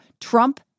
Trump